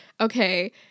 Okay